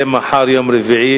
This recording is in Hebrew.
אני מבקשת לצרף את קולי,